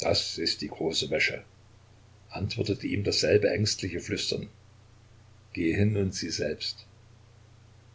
das ist die große wäsche antwortete ihm dasselbe ängstliche flüstern geh hin und sieh selbst